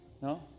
¿no